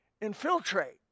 infiltrate